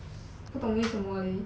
不懂为什么 leh